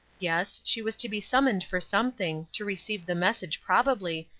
yes, she was to be summoned for something, to receive the message probably,